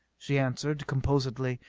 she answered composedly,